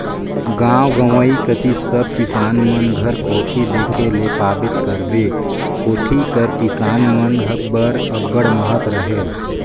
गाव गंवई कती सब किसान मन घर कोठी देखे ले पाबेच करबे, कोठी कर किसान मन बर अब्बड़ महत रहेल